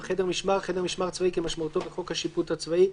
"חדר משמר" חדר משמר צבאי כמשמעותו בחוק השיפוט הצבאי,